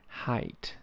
，height